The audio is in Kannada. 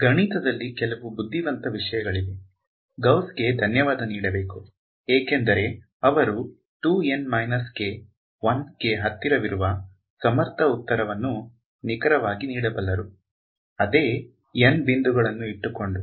ಗಣಿತದಲ್ಲಿ ಕೆಲವು ಬುದ್ದಿವಂತ ವಿಷಯಗಳಿವೆ ಗೌಸ್ಗೆ ಧನ್ಯವಾದ ನೀಡಬೇಕು ಏಕೆಂದರೆ ಅವರು 2 N 1 ಗೆ ಹತ್ತಿರವಿರುವ ಸಮರ್ಥ ಉತ್ತರವನ್ನು ನಿಖರವಾಗಿ ನೀಡಬಲ್ಲರು ಅದೇ N ಬಿಂದುಗಳನ್ನು ಇಟ್ಟುಕೊಂಡು